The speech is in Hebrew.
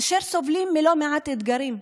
אשר סובלים מלא מעט אתגרים.